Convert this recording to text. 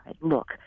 Look